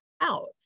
out